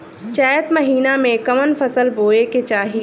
चैत महीना में कवन फशल बोए के चाही?